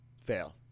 fail